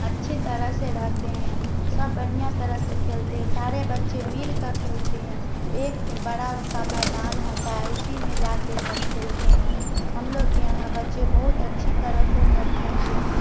अच्छे तरह से रहते हैं सब बढ़िया तरह से खेलते हैं सारे बचे मिल कर खेलते हैं अक बड़ा सा मैदान होता है उसी में जाके सब खेलते हैं हम लोग के यहाँ बच्चे बहुत अच्छी तरह से सब खेलते हैं